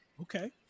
Okay